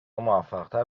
موفقتر